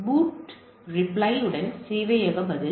பூட்ரெப்ளி உடன் சேவையக பதில்